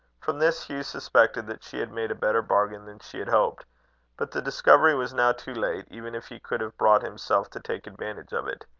from this hugh suspected that she had made a better bargain than she had hoped but the discovery was now too late, even if he could have brought himself to take advantage of it.